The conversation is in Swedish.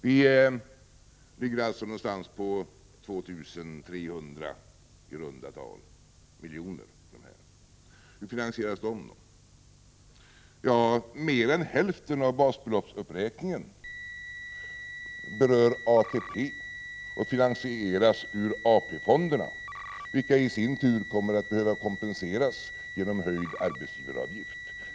Vi ligger alltså i runda tal omkring 2 300 miljoner. Hur finansieras då de? Mer än hälften av basbeloppsuppräkningen berör ATP och finansieras ur AP-fonderna, vilka i sin tur kommer att behöva kompenseras genom höjd arbetsgivaravgift.